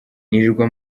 nirirwa